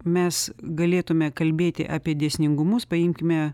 mes galėtumėme kalbėti apie dėsningumus paimkime